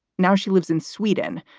now she lives in sweden,